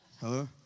Hello